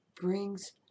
brings